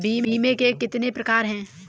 बीमे के कितने प्रकार हैं?